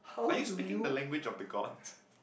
are you speaking the language of the gods